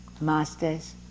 masters